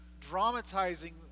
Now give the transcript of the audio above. dramatizing